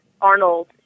arnold